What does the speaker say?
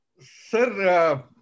Sir